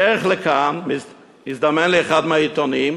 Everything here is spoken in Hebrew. בדרך לכאן הזדמן לי אחד מהעיתונים,